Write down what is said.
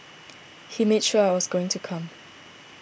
he made sure I was going to come